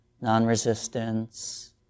non-resistance